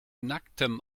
nacktem